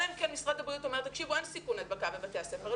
אלא אם כן משרד הבריאות אומר שאין סיכון הדבקה בבתי הספר.